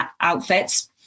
outfits